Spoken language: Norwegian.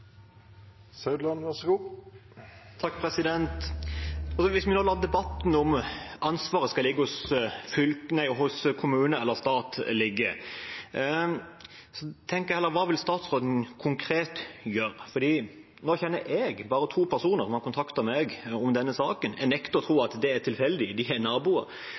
La debatten om ansvaret skal være hos kommune eller stat, ligge, og tenk heller: Hva vil statsråden konkret gjøre? Nå kjenner jeg bare to personer som har kontaktet meg om denne saken – jeg nekter å tro at det er tilfeldig, de